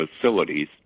facilities